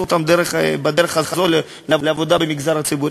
אותם בדרך הזו לעבודה במגזר הציבורי.